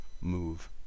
move